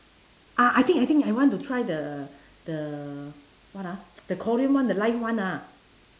ah I think I think I want to try the the what ah the korean one the live one ah